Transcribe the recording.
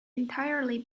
entirely